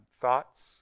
thoughts